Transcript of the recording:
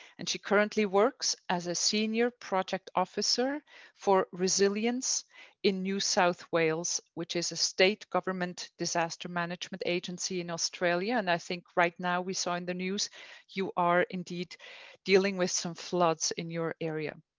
and she currently works as a senior project officer for resilience in new south wales, which is a state government disaster management agency in australia. and i think right now we saw in the news you are indeed dealing with some floods in your area.